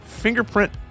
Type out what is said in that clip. fingerprint